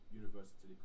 university